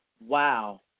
Wow